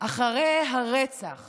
אחרי הרצח